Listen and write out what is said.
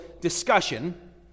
discussion